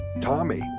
Tommy